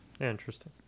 Interesting